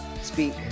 speak